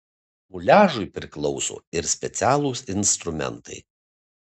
muliažui priklauso ir specialūs instrumentai